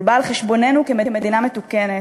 הוא בא על חשבוננו כמדינה מתוקנת,